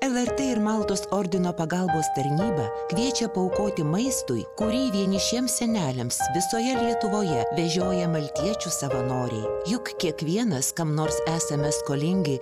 lrt ir maltos ordino pagalbos tarnyba kviečia paaukoti maistui kurį vienišiems seneliams visoje lietuvoje vežioja maltiečių savanoriai juk kiekvienas kam nors esame skolingi